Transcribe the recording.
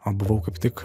o buvau kaip tik